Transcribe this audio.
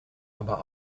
aber